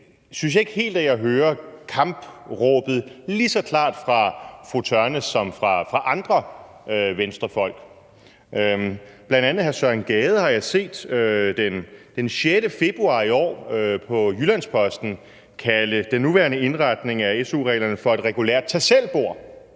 Dog synes jeg ikke helt, at jeg hører kampråbet lige så klart fra fru Ulla Tørnæs som fra andre Venstrefolk. Jeg har bl.a. set hr. Søren Gade den 6. februar i år i Jyllands-Posten kalde den nuværende indretning af su-reglerne for et regulært tag selv-bord.